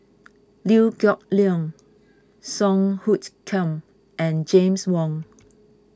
Liew Geok Leong Song Hoot Kiam and James Wong